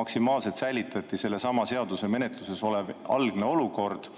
Maksimaalselt säilitati menetluses sellesama seaduse algne olukord.